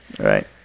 Right